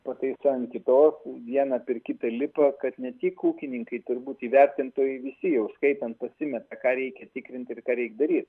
pataiso ant kitos vieną pirkite lipa kad ne tik ūkininkai turbūt įvertintojai visi jau skaitant pasimeta ką reikia tikrinti ir ką reik daryt